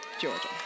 Georgia